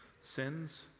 sins